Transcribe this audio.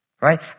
right